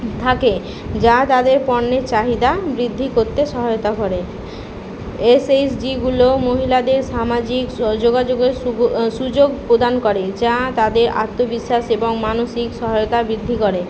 থাকে যা তাদের পণ্যের চাহিদা বৃদ্ধি করতে সহায়তা করে এসএইচজিগুলো মহিলাদের সামাজিক সো যোগাযোগের সুভো সুযোগ প্রদান করে যা তাদের আত্মবিশ্বাস এবং মানসিক সহায়তা বৃদ্ধি করে